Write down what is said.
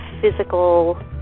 physical